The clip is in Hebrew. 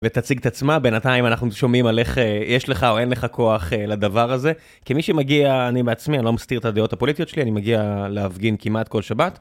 ותציג את עצמה בינתיים אנחנו שומעים על איך יש לך או אין לך כוח לדבר הזה כמי שמגיע אני בעצמי אני לא מסתיר את הדעות הפוליטיות שלי אני מגיע להפגין כמעט כל שבת.